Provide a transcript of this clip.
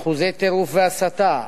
אחוזי טירוף והסתה,